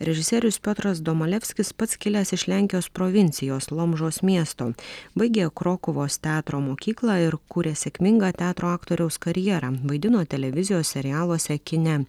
režisierius piotras domalevskis pats kilęs iš lenkijos provincijos lomžos miesto baigė krokuvos teatro mokyklą ir kuria sėkmingą teatro aktoriaus karjerą vaidino televizijos serialuose kine